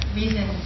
reason